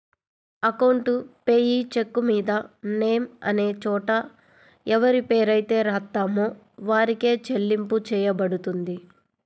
account payee చెక్కుమీద name అనే చోట ఎవరిపేరైతే రాత్తామో వారికే చెల్లింపు చెయ్యబడుతుంది